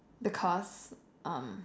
because um